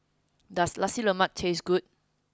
does Nasi Lemak taste good